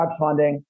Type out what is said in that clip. crowdfunding